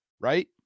right